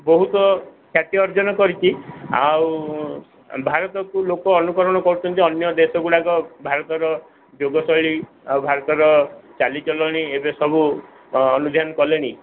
ବହୁତ ଖ୍ୟାତି ଅର୍ଜନ କରିଛି ଆଉ ଭାରତକୁ ଲୋକ ଅନୁକରଣ କରୁଛନ୍ତି ଅନ୍ୟ ଦେଶଗୁଡ଼ାକ ଭାରତର ଯୋଗ ଶୈଳୀ ଆଉ ଭାରତର ଚାଳିଚଳଣୀ ଏବେ ସବୁ ଅନୁଧ୍ୟାନ କଲେଣି